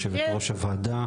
יושבת-ראש הוועדה,